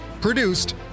Produced